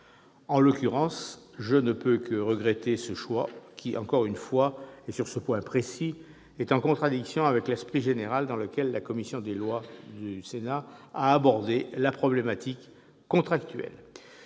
En l'occurrence, je ne puis que regretter ce choix qui, encore une fois et sur ce point précis, est en contradiction avec l'esprit général dans lequel la commission des lois du Sénat a abordé la problématique contractuelle.